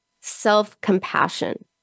self-compassion